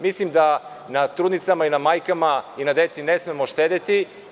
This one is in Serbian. Mislim da na trudnicama i na majkama i na deci ne smemo štedeti.